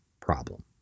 problem